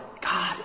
God